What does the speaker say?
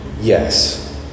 Yes